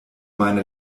meine